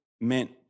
meant